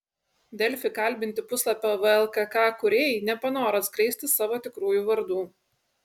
delfi kalbinti puslapio vlkk kūrėjai nepanoro atskleisti savo tikrųjų vardų